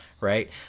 Right